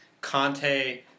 Conte